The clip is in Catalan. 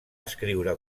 escriure